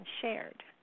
shared